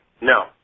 No